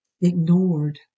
ignored